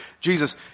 Jesus